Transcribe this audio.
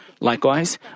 Likewise